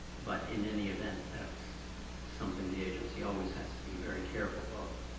but in any event, that's something the agency always has to be very careful of.